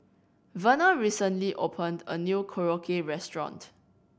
Verna recently opened a new Korokke Restaurant